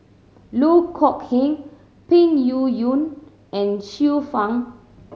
Loh Kok Heng Peng Yuyun and Xiu Fang